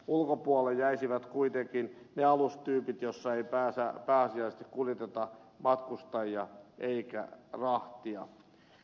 ulkopuolelle jäisivät kuitenkin ne alustyypit joissa ei pääasiallisesti kuljeteta matkustajia eikä rahtia